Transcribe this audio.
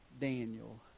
Daniel